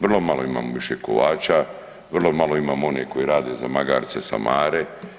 Vrlo malo imamo više kovača, vrlo malo imamo one koji rade za magarce samare.